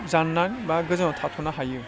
जाननानै बा गोजानाव थाथ'नो हायो